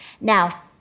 Now